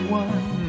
one